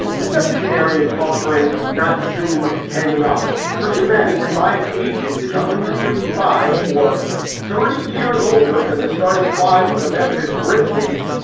and septuagenarian frump, fring, not xoom, hanging up for two men whose combined ages is one hundred fifty five or thirty years older than the starting five of the memphis grizzlies.